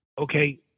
okay